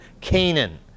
Canaan